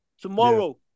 tomorrow